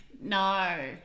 No